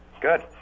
Good